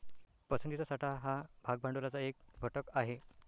पसंतीचा साठा हा भाग भांडवलाचा एक घटक आहे